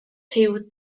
rhyw